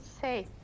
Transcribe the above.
safe